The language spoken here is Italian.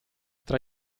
tra